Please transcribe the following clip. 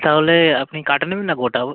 তাহলে আপনি কাটা নেবেন না গোটা